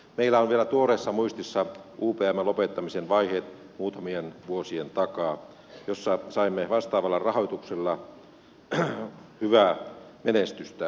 meillä on vielä tuoreessa muistissa upmn lopettamisen vaiheet muutamien vuosien takaa jossa yhteydessä saimme vastaavalla rahoituksella hyvää menestystä